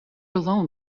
alone